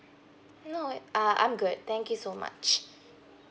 no uh I'm good thank you so much